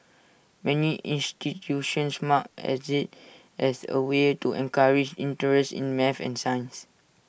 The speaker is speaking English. many institutions mark as IT as A way to encourage interest in math and science